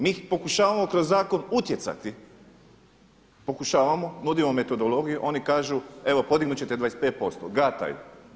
Mi pokušavamo kroz zakon utjecati, pokušavamo, nudimo metodologiju oni kažu evo podignut ćete 25% gataju.